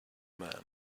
man